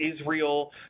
Israel